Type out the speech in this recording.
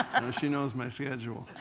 she knows my schedule.